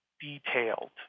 detailed